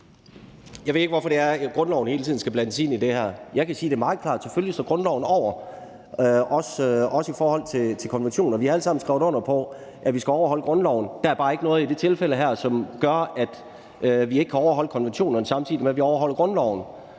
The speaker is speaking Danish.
Jeg ved ikke, hvorfor grundloven hele tiden skal blandes ind i det her. Jeg kan sige det meget klart: Selvfølgelig står i grundloven øverst, også i forhold til konventionerne. Vi har alle sammen skrevet under på, at vi skal overholde grundloven, men der er bare ikke noget i det her tilfælde, der gør, at vi ikke kan overholde konventionerne, samtidig med at vi overholder grundloven.